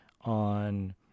on